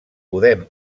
podem